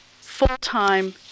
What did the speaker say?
full-time